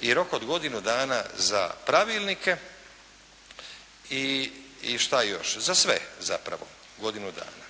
i rok od godinu dana za pravilnike, i šta još, za sve zapravo, godinu dana,